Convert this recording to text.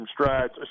strides